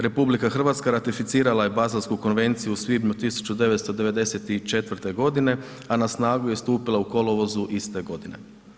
RH ratificirala je Bazelsku konvenciju u svibnju 1994. godine, a na snagu je stupila u kolovozu iste godine.